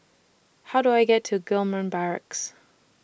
How Do I get to Gillman Barracks